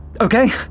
Okay